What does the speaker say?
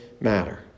matter